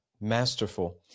Masterful